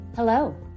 Hello